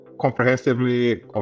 comprehensively